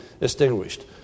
extinguished